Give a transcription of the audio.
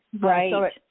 Right